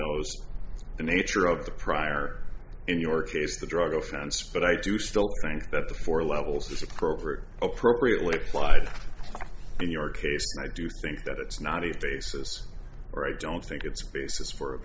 those the nature of the prior in your case the drug offense but i do still think that the four levels is appropriate appropriately applied in your case and i do think that it's not a basis for i don't think it's a basis for a